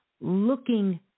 looking